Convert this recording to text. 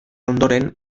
ondoren